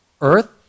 Earth